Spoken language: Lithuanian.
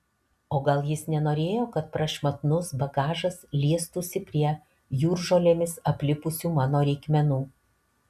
o gal jis nenorėjo kad prašmatnus bagažas liestųsi prie jūržolėmis aplipusių mano reikmenų